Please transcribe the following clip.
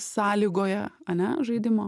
sąlygoje ane žaidimo